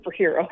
superhero